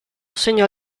segnò